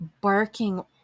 barking